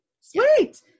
Sweet